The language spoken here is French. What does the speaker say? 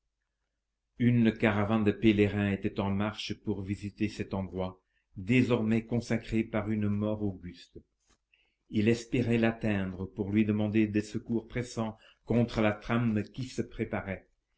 une caravane de pèlerins était en marche pour visiter cet endroit désormais consacré par une mort auguste il espérait l'atteindre pour lui demander des secours pressants contre la trame qui se préparait